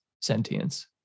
sentience